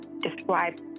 describe